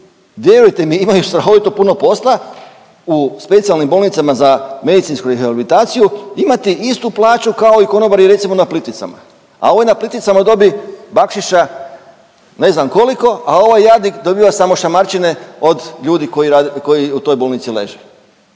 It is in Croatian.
vjerujte mi imaju strahovito puno posla u specijalnim bolnicama za medicinsku rehabilitaciju imati istu plaću kao i konobari recimo na Plitvicama. A ovi na Plitvicama dobi bakšiša ne znam koliko, a ovaj jadnik dobiva samo šamarčine od ljudi koji u toj bolnici leže.